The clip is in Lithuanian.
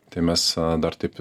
tai mes dar taip